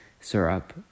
syrup